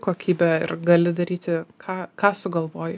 kokybę ir gali daryti ką ką sugalvojai